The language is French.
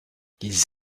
ils